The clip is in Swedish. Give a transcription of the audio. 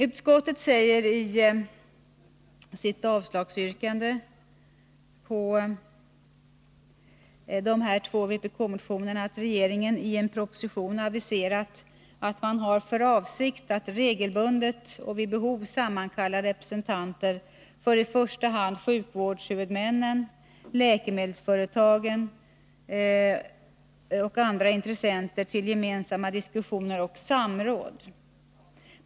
Utskottet säger i sitt avslagsyrkande beträffande de två vpk-motionerna att regeringenien proposition aviserat att man har för avsikt att regelbundet och vid behov sammankalla representanter för i första hand sjukvårdshuvudmännen, läkemedelsföretagen och andra intressenter till gemensamma diskussioner och samråd.